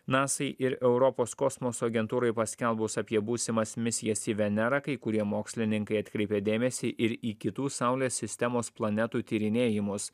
nasai ir europos kosmoso agentūrai paskelbus apie būsimas misijas į venerą kai kurie mokslininkai atkreipia dėmesį ir į kitų saulės sistemos planetų tyrinėjimus